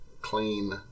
clean